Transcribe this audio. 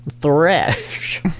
Thresh